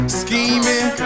scheming